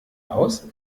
aus